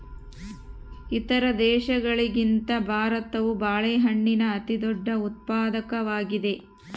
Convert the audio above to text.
ಇತರ ದೇಶಗಳಿಗಿಂತ ಭಾರತವು ಬಾಳೆಹಣ್ಣಿನ ಅತಿದೊಡ್ಡ ಉತ್ಪಾದಕವಾಗಿದೆ